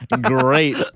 great